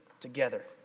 together